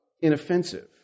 inoffensive